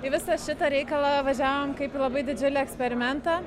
į visą šitą reikalą važiavom kaip į labai didžiulį eksperimentą